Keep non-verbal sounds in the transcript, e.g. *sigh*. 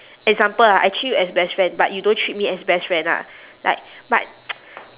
example ah I treat you as best friend but you don't treat me as best friend lah like but *noise*